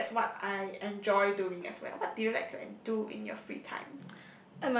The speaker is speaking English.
so that's what I enjoy doing as well what do you like to do in your free time